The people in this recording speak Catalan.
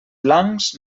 blancs